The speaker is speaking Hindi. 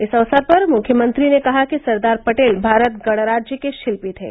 इस अवसर पर मुख्यमंत्री ने कहा कि सरदार पटेल भारत गणराज्य के शिल्पी थे